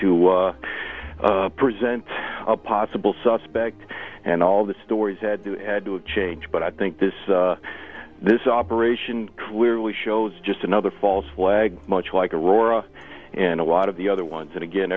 to present a possible suspect and all the stories that had to change but i think this this operation clearly shows just another false flag much like a roar and a lot of the other ones and again